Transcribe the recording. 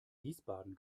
wiesbaden